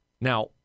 Now